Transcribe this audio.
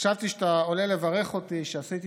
חשבתי שאתה עולה לברך אותי על שעשיתי